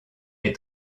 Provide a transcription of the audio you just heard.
est